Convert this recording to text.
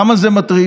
למה זה מטריד?